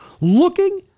looking